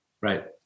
Right